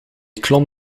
klom